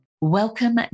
Welcome